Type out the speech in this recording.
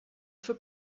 for